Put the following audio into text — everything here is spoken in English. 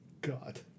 God